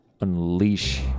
unleash